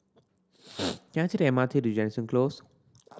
can I take the M R T to Jansen Close